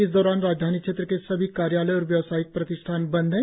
इस दौरान राजधानी क्षेत्र के सभी कार्यालय और व्यवसायिक प्रतिष्ठान बंध है